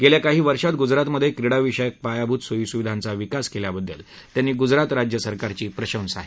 गेल्या काही वर्षात गुजरातमध्ये क्रीडाविषयक पायाभूत सोयी सुविधांचा विकास केल्या बद्दल त्यांनी गुजरात राज्य सरकारची प्रशंसाही केली